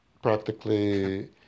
Practically